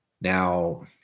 Now